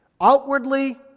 Outwardly